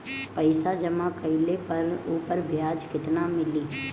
पइसा जमा कइले पर ऊपर ब्याज केतना मिली?